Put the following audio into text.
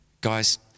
Guys